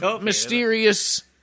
mysterious